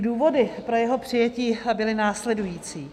Důvody pro jeho přijetí byly následující.